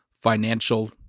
financial